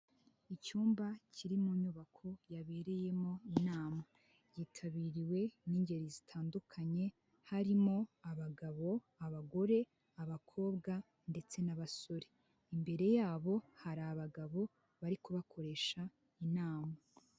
Icyumba kiri mu nyubako yabereyemo inama yitabiriwe n'ingeri zitandukanye harimo abagabo, abagore, abakobwa, ndetse n'abasore. Imbere yabo hari abagabo bari kubakoresha inama.